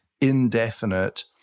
indefinite